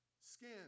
Skin